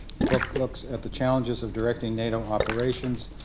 the book looks at the challenges of directing nato operations,